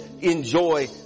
enjoy